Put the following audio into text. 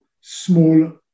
small